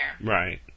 Right